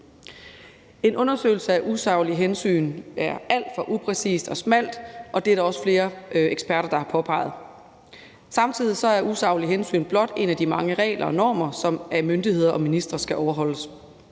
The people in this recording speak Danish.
En undersøgelse af usaglige hensyn er alt for upræcist og smalt, og det er der også flere eksperter der har påpeget. Samtidig er det, når det drejer sig om usaglige hensyn, blot en af de mange regler og normer, som af myndigheder og ministre skal overholdes.